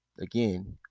again